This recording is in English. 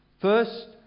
First